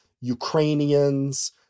Ukrainians